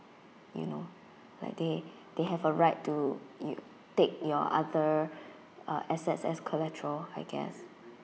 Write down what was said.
you know like they they have a right to y~ take your other uh assets as collateral I guess